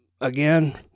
again